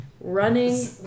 Running